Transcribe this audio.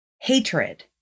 hatred